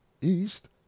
east